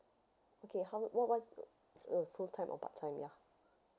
okay how what what is the uh full time or part time ya